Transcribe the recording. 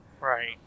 Right